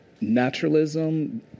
naturalism